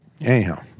anyhow